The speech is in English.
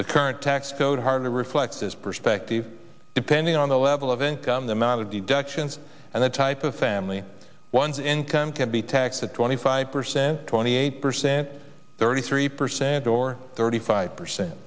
the current tax code hardly reflects this perspective depending on the level of income the amount of deductions and the type of family one's income can be taxed at twenty five percent twenty eight percent thirty three percent or thirty five percent